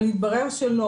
אבל התברר שלא,